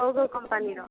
କେଉଁ କେଉଁ କମ୍ପାନୀର